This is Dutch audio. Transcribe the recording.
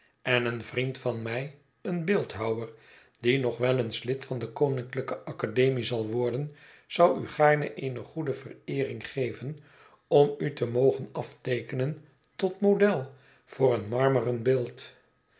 en een vriend van mij een beeldhouwer die nog wel eens lid van de koninklijke academie zal worden zou u gaarne eene goede vereering geven om u te mogen afteekenen tot model voor een marmeren beeld